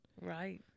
Right